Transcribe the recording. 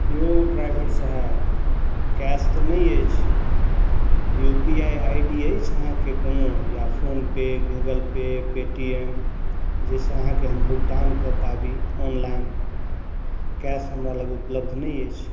यौ ड्राइभर साहब कैश तऽ नहि अछि U P I I D अछि अहाँकेँ कओनो या फोनपे गूगलपे पेटीएम जाहिसँ अहाँकेँ हम भुगतान कऽ पाबि ऑनलाइन कैश हमरा लग उपलब्ध नहि अछि